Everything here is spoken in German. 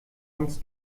uns